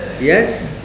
Yes